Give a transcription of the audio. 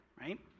right